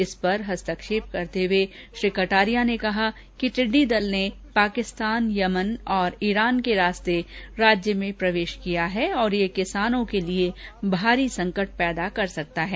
इस पर हस्तक्षेप करते हुए श्री कटारिया ने कहा कि टिड्डी दल ने पाकिस्तान यमन तथा ईरान के रास्ते से राज्य में प्रवेश किया है तथा यह किसानों के लिए भारी संकट पैदा कर सकता है